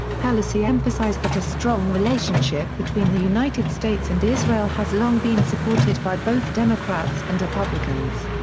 pelosi emphasized that a strong relationship between the united states and israel has long been supported by both democrats and republicans.